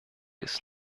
ist